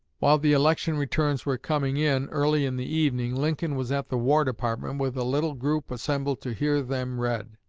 while the election returns were coming in, early in the evening, lincoln was at the war department with a little group assembled to hear them read.